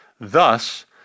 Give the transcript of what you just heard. Thus